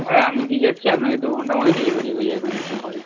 হ্যাঁ আমি দিয়ে যাচ্ছি আপনাকে দু ঘণ্টার মধ্যে ডেলিভারি হয়ে যাবে ম্যাম আপনার ঘরে